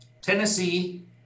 Tennessee